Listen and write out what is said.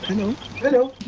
no no